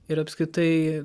ir apskritai